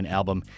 album